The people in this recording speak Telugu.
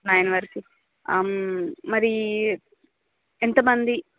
నైన్ వరకు మరీ ఎంత మంది